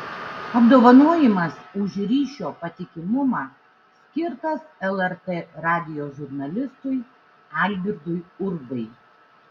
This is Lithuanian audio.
apdovanojimas už ryšio patikimumą skirtas lrt radijo žurnalistui algirdui urbai